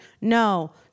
no